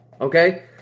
Okay